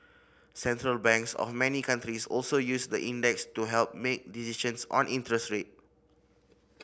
Central Banks of many countries also use the index to help make decisions on interest rate